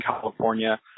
California